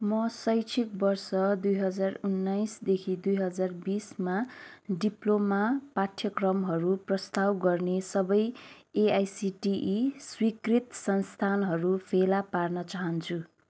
म शैक्षिक वर्ष दुई हजार उन्नाइसदेखि दुई हजार बिसमा डिप्लोमा पाठ्यक्रमहरू प्रस्ताव गर्ने सबै एआइसिटिई स्वीकृत संस्थानहरू फेला पार्न चाहन्छु